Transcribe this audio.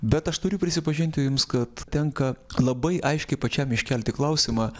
bet aš turiu prisipažinti jums kad tenka labai aiškiai pačiam iškelti klausimą